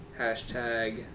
Hashtag